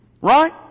Right